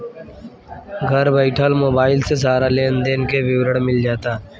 घर बइठल मोबाइल से सारा लेन देन के विवरण मिल जाता